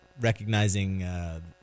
recognizing